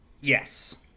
Yes